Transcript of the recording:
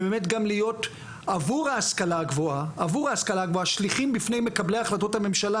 ובאמת להיות עבור ההשכלה הגבוהה שליחים בפני מקבלי ההחלטות בממשלה,